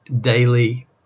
daily